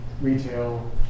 retail